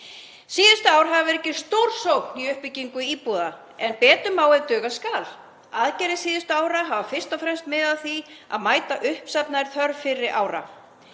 Síðustu ár hefur verið gerð stórsókn í uppbyggingu íbúða en betur má ef duga skal. Aðgerðir síðustu ára hafa fyrst og fremst miðað að því að mæta uppsafnaðri þörf fyrri ára